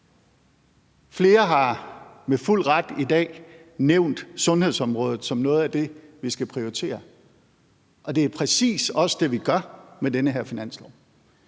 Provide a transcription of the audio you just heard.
Flere har med fuld ret i dag nævnt sundhedsområdet som noget af det, vi skal prioritere, og det er præcis også det, vi gør med den her finanslov.